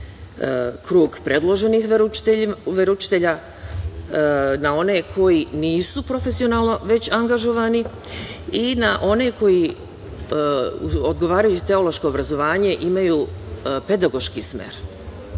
krug predloženih veroučitelja na one koji nisu profesionalno već angažovani i na one koji odgovarajuće teološko obrazovanje imaju pedagoški